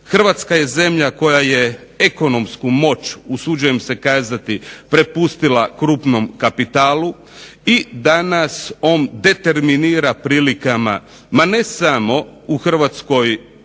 Hrvatska je zemlja koja je ekonomsku moć prepustila krupnom kapitalu, i danas on determinira prilikama ne samo u Hrvatskoj